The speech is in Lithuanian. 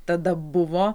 tada buvo